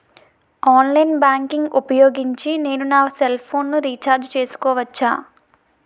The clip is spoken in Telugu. ఆన్లైన్ బ్యాంకింగ్ ఊపోయోగించి నేను నా సెల్ ఫోను ని రీఛార్జ్ చేసుకోవచ్చా?